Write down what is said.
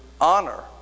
honor